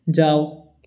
जाओ